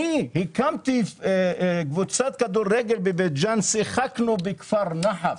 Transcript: אני הקמתי קבוצת כדורגל בבית ג'אן ושיחקנו בכפר נחף,